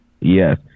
Yes